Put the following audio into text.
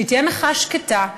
שתהיה מחאה שקטה,